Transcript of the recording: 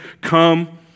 come